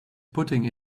putting